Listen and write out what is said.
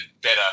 better